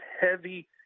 heavy